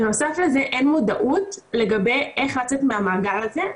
בנוסף לזה אין מודעות לגבי איך לצאת מהמעגל הזה,